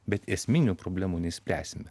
bet esminių problemų neišspręsime